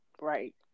Right